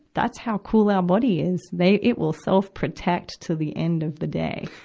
that's how cool our body is. they, it will self-protect to the end of the day.